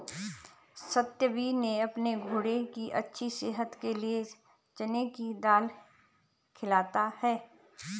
सत्यवीर ने अपने घोड़े की अच्छी सेहत के लिए चने की दाल खिलाता है